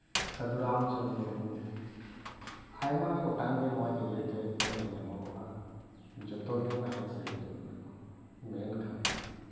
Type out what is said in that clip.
ᱥᱟᱹᱫᱷᱩ ᱨᱟᱢᱪᱟᱸᱫᱽ ᱢᱩᱨᱢᱩ ᱟᱭᱢᱟ ᱜᱚᱴᱟᱝ ᱜᱮ ᱱᱚᱣᱟ ᱡᱮᱜᱮᱛ ᱨᱮᱠᱚ ᱧᱮᱞ ᱧᱟᱢᱚᱜᱼᱟ ᱡᱚᱛᱚᱜᱮ ᱱᱟᱭᱚᱠ ᱥᱮ ᱦᱤᱨᱳ ᱠᱟᱱᱟ ᱠᱚ ᱢᱮᱱᱠᱷᱟᱱ